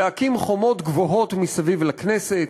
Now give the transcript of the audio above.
להקים חומות גבוהות מסביב לכנסת,